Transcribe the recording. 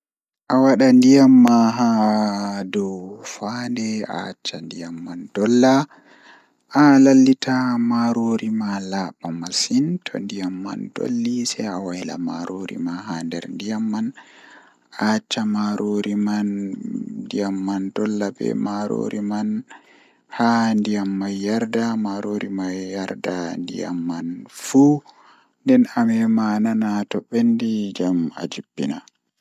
Awada ndiyamma haa dow fande a acca ndiyamman dolla alallita maroori ma laaba masin to ndiyam man dolli sei awaila marori ma haa nderndiyam man a acca ndiyamman dolla a acca marori man dolla be ndiyam man haa ndiyam man yarda marori man yarda ndiyamman fuu nden amema anana to bendi jam ajippina.